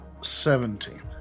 Seventeen